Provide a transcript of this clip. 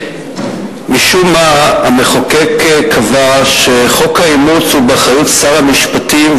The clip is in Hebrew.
משום מה המחוקק קבע שחוק האימוץ הוא באחריות שר המשפטים,